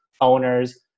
owners